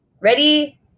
Ready